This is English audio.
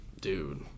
Dude